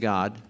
God